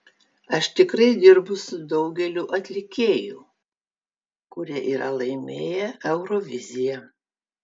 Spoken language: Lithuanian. aš tikrai dirbu su daugeliu atlikėjų kurie yra laimėję euroviziją